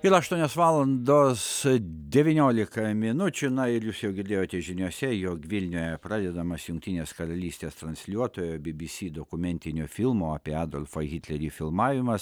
ir aštuonios valandos devyniolika minučių na ir jūs jau girdėjote žiniose jog vilniuje pradedamas jungtinės karalystės transliuotojo by by sy dokumentinio filmo apie adolfą hitlerį filmavimas